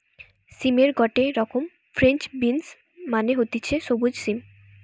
সিমের গটে রকম ফ্রেঞ্চ বিনস মানে হতিছে সবুজ সিম